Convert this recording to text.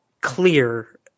clear